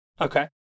Okay